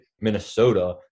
Minnesota